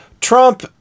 Trump